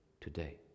today